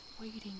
waiting